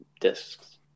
discs